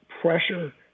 pressure